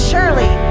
Surely